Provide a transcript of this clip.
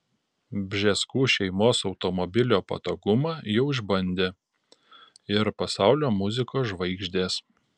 bžeskų šeimos automobilio patogumą jau išbandė ir pasaulio muzikos žvaigždės